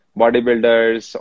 bodybuilders